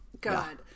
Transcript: God